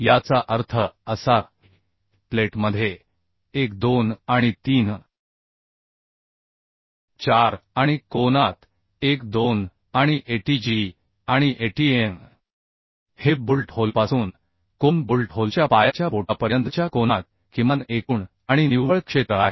याचा अर्थ असा की प्लेटमध्ये 1 2 आणि 3 4 आणि कोनात 1 2 आणि ATG आणि ATN हे बोल्ट होलपासून कोन बोल्ट होलच्या पायाच्या बोटापर्यंतच्या कोनात किमान एकूण आणि निव्वळ क्षेत्र आहे